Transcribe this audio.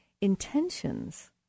intentions